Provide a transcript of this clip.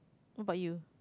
what about you